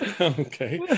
okay